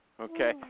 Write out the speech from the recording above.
okay